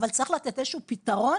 אבל צריך לתת איזשהו פתרון,